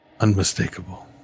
Unmistakable